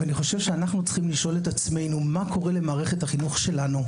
אני חושב שאנחנו צריכים לשאול את עצמנו: מה קורה למערכת החינוך שלנו,